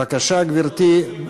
בבקשה, גברתי.